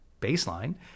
baseline